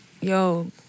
yo